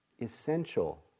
essential